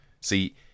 See